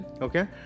Okay